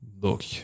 Look